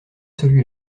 celui